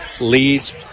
leads